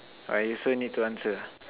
I also need to answer ah